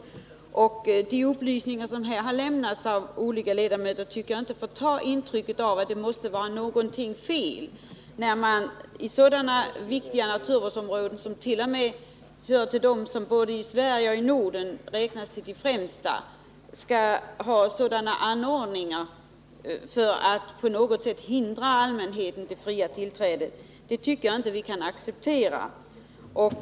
Jag tycker inte att de upplysningar som här har lämnats av olika ledamöter förtar intrycket av att någonting måste vara fel, när man i ett område som räknas till de värdefullaste i Sverige och Norden har sådana anordningar som hindrar allmänheten att få tillträde till det. Vi kan enligt min mening inte acceptera detta.